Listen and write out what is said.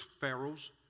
Pharaoh's